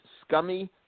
scummy